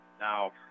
Now